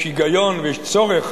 יש היגיון ויש צורך